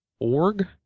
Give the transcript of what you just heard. org